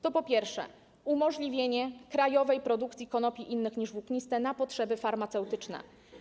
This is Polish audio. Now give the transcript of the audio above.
To, po pierwsze, umożliwienie krajowej produkcji konopi innych niż włókniste na potrzeby farmaceutyczne.